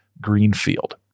greenfield